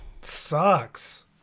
Sucks